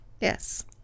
Yes